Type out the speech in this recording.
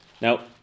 now